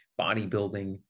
bodybuilding